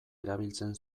erabiltzen